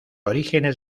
orígenes